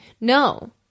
no